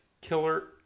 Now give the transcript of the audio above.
killer